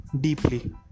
deeply